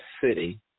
city